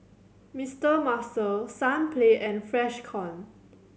Mister Muscle Sunplay and Freshkon